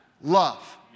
Love